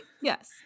Yes